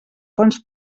fonts